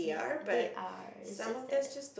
they are it's just that